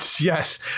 Yes